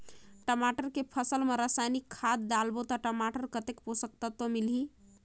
टमाटर के फसल मा रसायनिक खाद डालबो ता टमाटर कतेक पोषक तत्व मिलही?